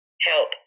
help